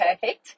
perfect